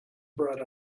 brought